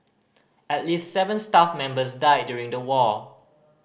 at least seven staff members died during the war